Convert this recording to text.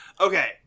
Okay